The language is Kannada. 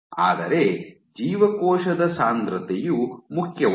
ಆದರೆ ಜೀವಕೋಶದ ಸಾಂದ್ರತೆಯು ಮುಖ್ಯವಾಗಿದೆ